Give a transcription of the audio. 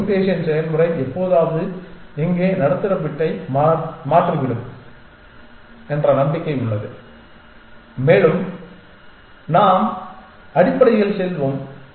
இந்த ம்யூட்டேஷன் செயல்முறை எப்போதாவது இங்கே நடுத்தர பிட்டை மாற்றிவிடும் என்ற நம்பிக்கை உள்ளது மேலும் நாம் அடிப்படையில் செல்வோம்